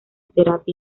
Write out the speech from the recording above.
terapia